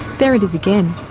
there it is again.